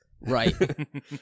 Right